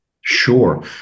Sure